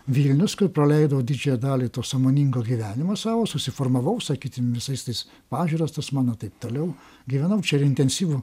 vilnius kur praleidau didžiąją dalį to sąmoningo gyvenimo savo susiformavau sakykim visais tais pažiūras tas mano taip toliau gyvenau čia ir intensyvų